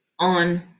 on